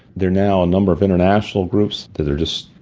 there are now a number of international groups that are just,